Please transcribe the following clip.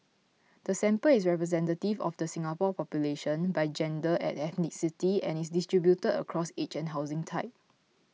the sample is representative of the Singapore population by gender and ethnicity and is distributed across age and housing type